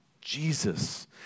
Jesus